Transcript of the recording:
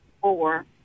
four